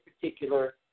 particular